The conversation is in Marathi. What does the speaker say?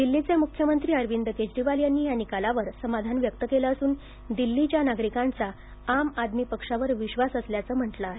दिल्लीचे मुख्यमंत्री अरविंद केजरीवाल यांनी या निकालावर समाधान व्यक्त केलं असून दिल्लीच्या नागरिकांचा आम आदमी पार्टीवर विश्वास असल्याचं म्हटलं आहे